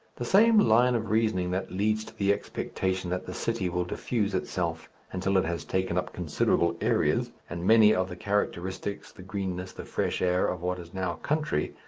the same line of reasoning that leads to the expectation that the city will diffuse itself until it has taken up considerable areas and many of the characteristics, the greenness, the fresh air, of what is now country,